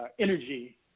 energy